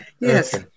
Yes